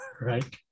Right